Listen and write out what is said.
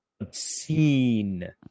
obscene